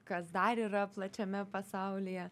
kas dar yra plačiame pasaulyje